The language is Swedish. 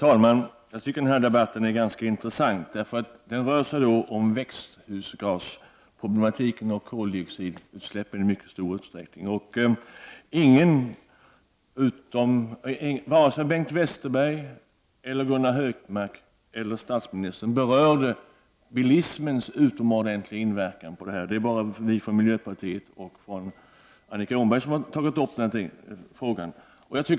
Herr talman! Den här debatten är ganska intressant, eftersom den i mycket stor utsträckning kretsar kring växthusgasproblematiken och koldioxidutsläppen. Varken Bengt Westerberg, Gunnar Hökmark eller statsministern diskuterade bilismens utomordentligt stora inverkan. Det är bara vi i miljöpartiet och Annika Åhnberg som berört den frågan.